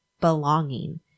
belonging